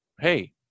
Hey